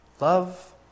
Love